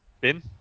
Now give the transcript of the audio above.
Ben